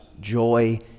joy